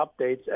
updates